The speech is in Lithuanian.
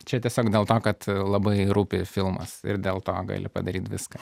čia tiesiog dėl to kad labai rūpi filmas ir dėl to gali padaryt viską